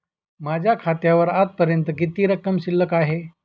माझ्या खात्यावर आजपर्यंत किती रक्कम शिल्लक आहे?